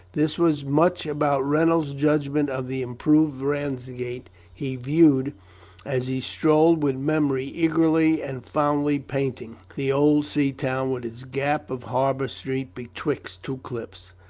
this was much about reynolds' judgment of the improved ramsgate he viewed as he strolled, with memory eagerly and fondly painting the old sea town, with its gap of harbour street betwixt two cliffs,